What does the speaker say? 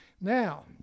Now